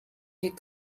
die